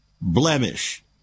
blemish